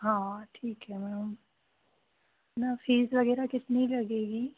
हाँ ठीक है मैडम मैम फ़ीस वगैरह कितनी लगेगी